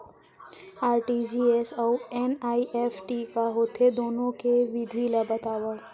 RTGS अऊ NEFT का होथे, दुनो के विधि ला बतावव